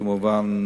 כמובן